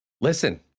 Listen